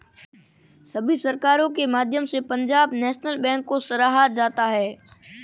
सभी सरकारों के माध्यम से पंजाब नैशनल बैंक को सराहा जाता रहा है